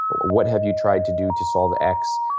what have you tried to do to solve x?